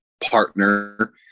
partner